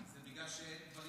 ולדי, זה בגלל שאין דברים